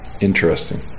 interesting